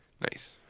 Nice